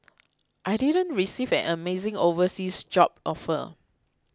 I didn't receive an amazing overseas job offer